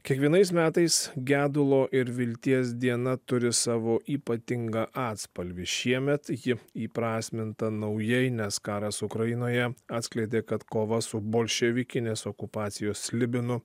kiekvienais metais gedulo ir vilties diena turi savo ypatingą atspalvį šiemet ji įprasminta naujai nes karas ukrainoje atskleidė kad kova su bolševikinės okupacijos slibinu